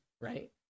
right